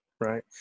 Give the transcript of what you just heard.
Right